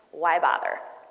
why bother?